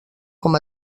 com